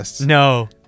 No